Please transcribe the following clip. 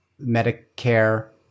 Medicare